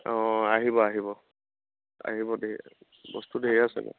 অ আহিব আহিব আহিব ঢে বস্তু ঢেৰ আছে মোৰ